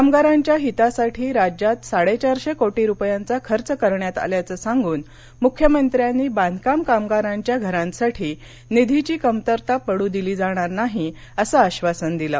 कामगारांच्या हितासाठी राज्यात साडेचारशे कोटी रुपयांचा खर्च करण्यात आल्याचं सांगून मुख्यमंत्र्यांनी बांधकाम कामगारांच्या घरांसाठी निधीची कमतरता पडू दिली जाणार नाही असं आश्वासन दिलं